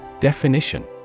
Definition